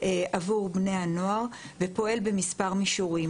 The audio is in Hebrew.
עבור בני הנוער ופועל במספר מישורים,